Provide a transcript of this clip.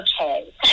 Okay